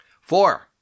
Four